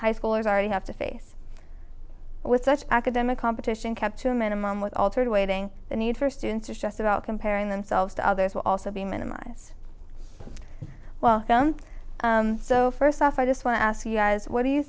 high schoolers already have to face with such academic competition kept to a minimum with altered weighting the need for students to test it out comparing themselves to others will also be minimized well so first off i just want to ask you guys what do you